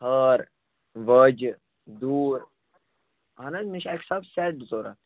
ہار واجہِ دوٗر اَہن حظ مےٚ چھِ اَکہِ حساب سیٚٹ ضوٚرت